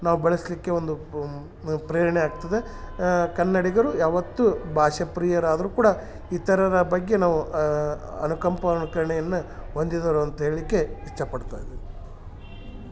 ನಾವು ಬಳಸಲ್ಲಿಕ್ಕೆ ಒಂದು ಪ್ರೇರಣೆ ಆಗ್ತದೆ ಕನ್ನಡಿಗರು ಯಾವತ್ತು ಭಾಷೆ ಪ್ರೀಯರಾದರು ಕೂಡ ಇತರರ ಬಗ್ಗೆ ನಾವು ಅನುಕಂಪ ಅನುಕರಣೆಯನ್ನ ಹೊಂದಿದ್ದರು ಅಂತ ಹೇಳಲಿಕ್ಕೆ ಇಷ್ಟ ಪಡ್ತಾಯಿದ್ದೇನೆ